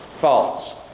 False